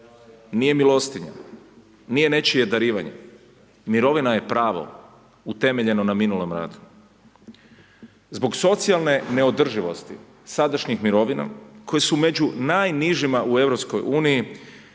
nije milostinja, nije nečije darivanje, mirovina je pravo utemeljeno na minulom radu. Zbog socijalne neodrživosti sadašnjih mirovina koje se među najnižima u EU-u